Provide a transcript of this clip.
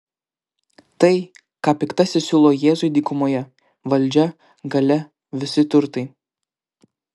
tai ką piktasis siūlo jėzui dykumoje valdžia galia visi turtai